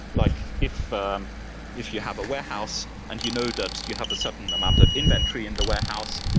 like if um if you have a warehouse and you know that you have a certain amount of inventory in the warehouse,